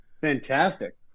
fantastic